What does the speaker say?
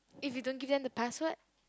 if you didn't give them the password